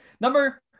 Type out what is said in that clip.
number